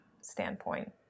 standpoint